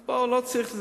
אז בואו, לא צריך.